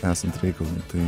esant reikalui tai